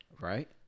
right